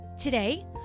Today